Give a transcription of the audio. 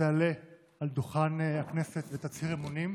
תעלה על דוכן הכנסת ותצהיר אמונים.